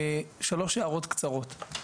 שלוש הערות קצרות: